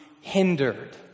hindered